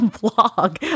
blog